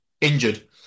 injured